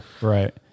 Right